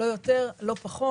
לא יותר ולא פחות.